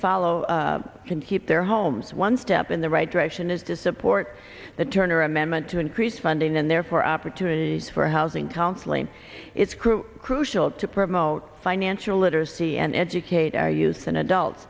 follow can keep their homes one step in the right direction is to support the turner amendment to increase funding and therefore opportunities for housing counseling its crew crucial to promote financial literacy and educate our youth and adults